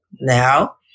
now